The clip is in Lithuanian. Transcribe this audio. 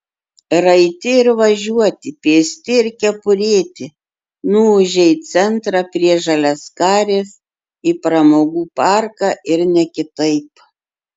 raiti ir važiuoti pėsti ir kepurėti nuūžė į centrą prie žaliaskarės į pramogų parką ir ne kitaip